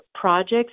projects